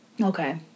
Okay